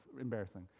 embarrassing